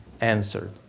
Answered